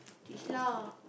teach lah